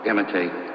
imitate